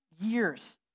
years